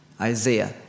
Isaiah